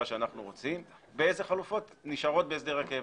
שאנחנו רוצים ואילו חלופות נשארות בהסדר הקבע.